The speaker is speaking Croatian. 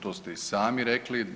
To ste i sami rekli.